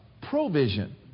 Provision